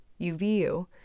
UVU